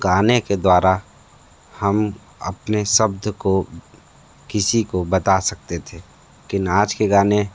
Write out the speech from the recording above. गाने के द्वारा हम अपने शब्द को किसी को बता सकते थे लेकिन आज के गाने